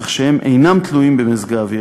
כך שהם אינם תלויים במזג האוויר.